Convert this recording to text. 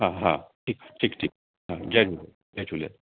हा हा ठीकु ठीकु ठीकु हा जय झूले जय झूले